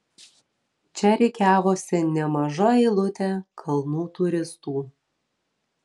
čia rikiavosi nemaža eilutė kalnų turistų